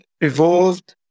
evolved